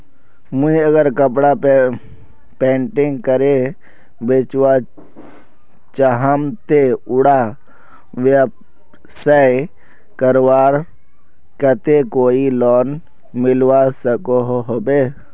मुई अगर कपड़ा पेंटिंग करे बेचवा चाहम ते उडा व्यवसाय करवार केते कोई लोन मिलवा सकोहो होबे?